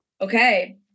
okay